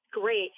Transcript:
great